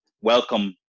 welcome